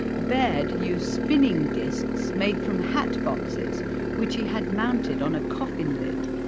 baird used spinning discs made from hat boxes which he had mounted on a coffin lid.